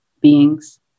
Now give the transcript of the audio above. beings